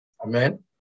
Amen